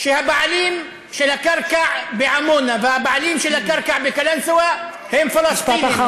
שהבעלים של הקרקע בעמונה והבעלים של הקרקע בקלנסואה הם פלסטינים,